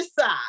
side